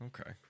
Okay